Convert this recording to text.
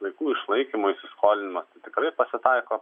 vaikų išlaikymo įsiskolinimas tikrai pasitaiko